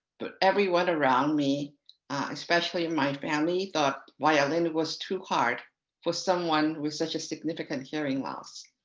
but everyone around me especially and my family thought violin was too hard for someone with such a significant hearing loss.